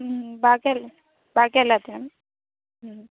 ബാക്കി ബാക്കി എല്ലാത്തിനും